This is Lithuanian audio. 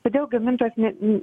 todėl gamintojas ne n